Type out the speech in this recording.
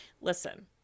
listen